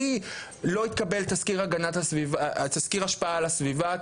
כי לא התקבל תזכיר השפעה על הסביבה,